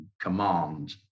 command